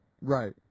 Right